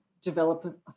develop